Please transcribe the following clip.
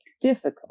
difficult